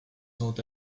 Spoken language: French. sont